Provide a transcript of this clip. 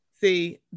See